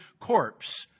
corpse